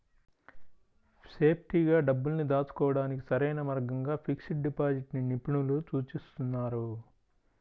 సేఫ్టీగా డబ్బుల్ని దాచుకోడానికి సరైన మార్గంగా ఫిక్స్డ్ డిపాజిట్ ని నిపుణులు సూచిస్తున్నారు